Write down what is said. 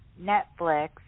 Netflix